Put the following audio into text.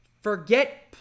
Forget